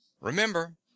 remember